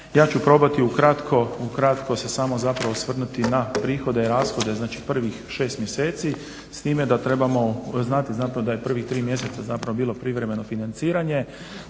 Ja ću probati ukratko se samo zapravo osvrnuti na prihode i rashode znači prvih 6 mjeseci s time da trebamo, znate zapravo da je prvih 3 mjeseca bilo privremeno financiranje